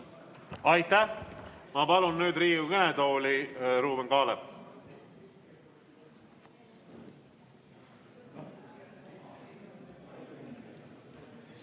Aitäh! Ma palun nüüd Riigikogu kõnetooli Ruuben Kaalepi.